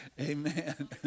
amen